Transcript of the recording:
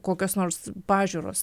kokios nors pažiūros